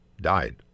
died